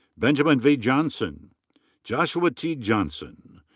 benjamin v. johnson joshua t. johnson.